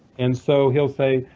and so he'll say,